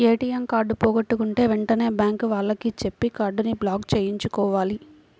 ATM card పోగొట్టుకుంటే వెంటనే bank వాళ్లకి చెప్పి కార్డుని బ్లాక్ చేయించుకోవాలి